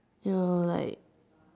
you know like